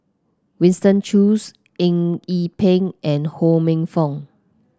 Winston Choos Eng Yee Peng and Ho Minfong